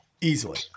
Easily